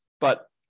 But-